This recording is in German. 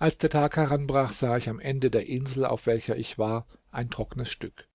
als der tag heranbrach sah ich am ende der insel auf welcher ich war ein trocknes stück